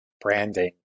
branding